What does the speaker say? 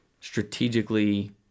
strategically